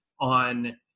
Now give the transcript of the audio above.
on